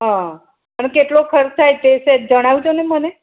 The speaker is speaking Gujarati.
હઁ અને કેટલો ખર્ચ થાય છે એ સહેજ જણાવજોને મને